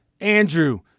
Andrew